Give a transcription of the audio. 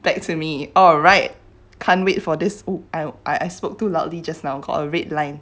back to me alright can't wait for this oh I I spoke too loudly just now got a red line